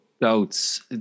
doubts